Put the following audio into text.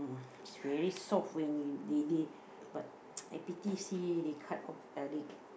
it's very soft when you they they but I pity see they cut off